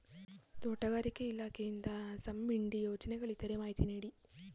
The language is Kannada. ತೋಟಗಾರಿಕೆ ಇಲಾಖೆಯಿಂದ ಸಬ್ಸಿಡಿ ಯೋಜನೆಗಳಿದ್ದರೆ ಮಾಹಿತಿ ನೀಡಿ?